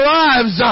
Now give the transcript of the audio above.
lives